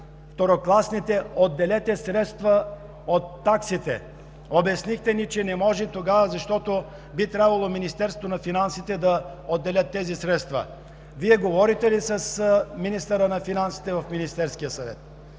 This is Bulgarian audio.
второкласните, отделете средства от таксите! Обяснихте ни, че не може тогава, защото би трябвало Министерството на финансите да отделят тези средства. Вие говорите ли с министъра на финансите в Министерския съвет?